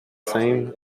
same